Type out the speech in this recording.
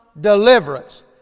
deliverance